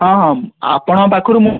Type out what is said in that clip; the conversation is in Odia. ହଁ ହଁ ଆପଣଙ୍କ ପାଖରୁ ମୁଁ